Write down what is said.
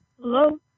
Hello